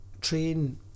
Train